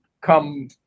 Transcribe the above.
come